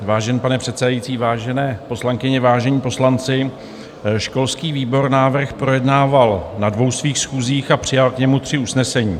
Vážený pane předsedající, vážené poslankyně, vážení poslanci, školský výbor návrh projednával na dvou svých schůzích a přijal k němu tři usnesení.